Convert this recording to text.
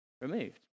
removed